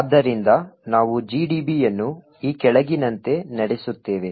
ಆದ್ದರಿಂದ ನಾವು GDB ಯನ್ನು ಈ ಕೆಳಗಿನಂತೆ ನಡೆಸುತ್ತೇವೆ